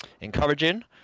encouraging